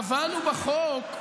קבענו בחוק,